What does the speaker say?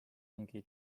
ongi